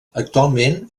actualment